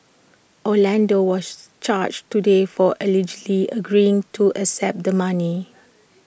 Orlando was charged today for allegedly agreeing to accept the money